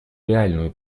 реальную